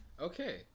Okay